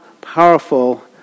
powerful